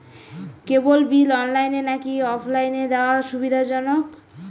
কেবল bill অনলাইনে নাকি অফলাইনে দেওয়া সুবিধাজনক?